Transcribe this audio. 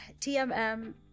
tmm